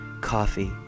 coffee